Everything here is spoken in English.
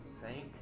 thank